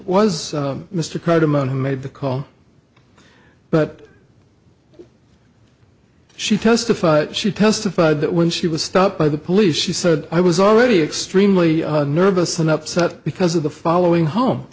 was mr crowder man who made the call but she testified she testified that when she was stopped by the police she said i was already extremely nervous and upset because of the following home